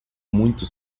muito